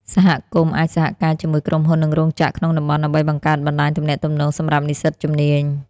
សហគមន៍អាចសហការជាមួយក្រុមហ៊ុន និងរោងចក្រក្នុងតំបន់ ដើម្បីបង្កើតបណ្តាញទំនាក់ទំនងសម្រាប់និស្សិតជំនាញ។